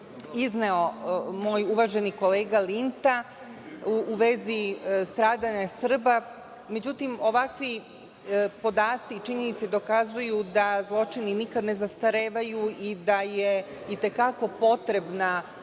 izneo moj uvaženi kolega Linta u vezi stradanja Srba. Međutim, ovakvi podaci i činjenice dokazuju da zločini nikad ne zastarevaju i da je i te kako potrebna